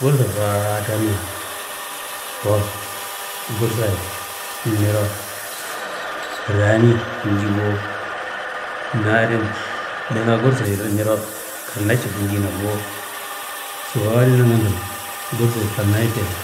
Gursu faa tame, ko gursayi niro raani nji bo. Nadin duna gursiyedo kanna cifu njina bo. Sobowo adi nangando, gusuyi kannaye te